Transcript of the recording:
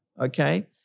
okay